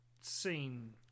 scene